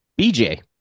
BJ